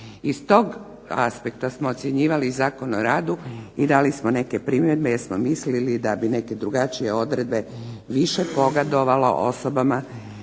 Iz tog aspekta smo ocjenjivali Zakon o radu i dali smo neke primjedbe jer smo mislili da bi neke drugačije odredbe više pogodovalo osobama